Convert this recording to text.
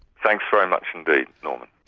thanks very much indeed norman.